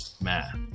math